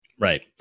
right